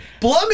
Blum